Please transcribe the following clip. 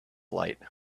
light